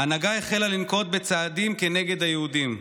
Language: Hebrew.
ההנהגה החלה לנקוט צעדים כנגד היהודים.